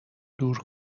دور